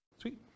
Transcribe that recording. Sweet